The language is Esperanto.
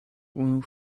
unu